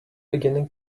beginning